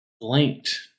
blanked